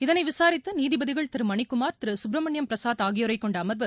இதனை விசாரித்த நீதிபதிகள் திரு மணிக்குமார் திரு கப்ரமணியம் பிரசாத் ஆகியோரைக் கொண்ட அமர்வு